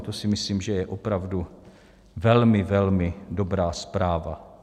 To si myslím, že je opravdu velmi velmi dobrá zpráva.